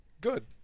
Good